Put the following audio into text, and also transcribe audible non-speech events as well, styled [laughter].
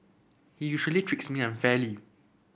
he usually [unintelligible] me unfairly